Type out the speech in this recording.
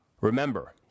Remember